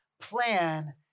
plan